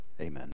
Amen